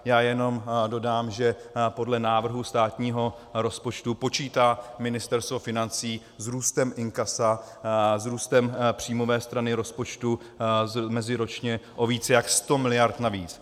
Já jenom dodám, že podle návrhu státního rozpočtu počítá Ministerstvo financí s růstem inkasa, s růstem příjmové strany rozpočtu meziročně o více než 100 miliard navíc.